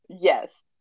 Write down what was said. Yes